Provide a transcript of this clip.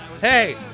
hey